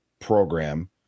program